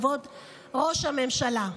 כבוד ראש הממשלה,